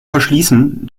verschließen